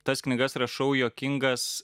tas knygas rašau juokingas